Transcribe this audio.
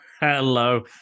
Hello